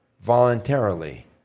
voluntarily